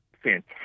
fantastic